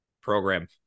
program